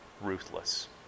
ruthless